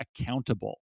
accountable